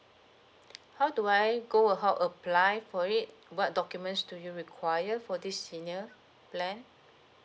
how do I go or how apply for it what documents do you require for this senior plan